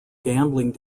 gambling